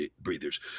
breathers